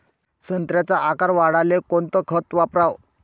संत्र्याचा आकार वाढवाले कोणतं खत वापराव?